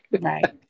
Right